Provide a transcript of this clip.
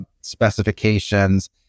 specifications